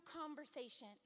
conversation